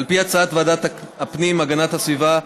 על פי הצעת ועדת הפנים והגנת הסביבה,